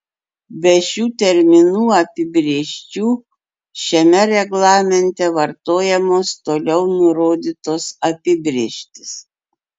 be šių terminų apibrėžčių šiame reglamente vartojamos toliau nurodytos apibrėžtys